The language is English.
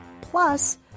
Plus